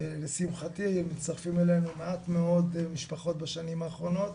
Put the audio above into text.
לשמחתי מצטרפים אלינו מעט מאוד משפחות בשנים האחרונות,